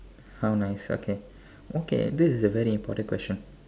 how nice okay okay this is a very important question